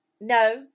No